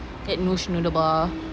at Noosh Noodle Bar